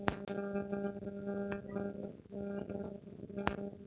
हमरा millennial entrepreneur के रूप में पहचान कइसे मिल सकलई हे?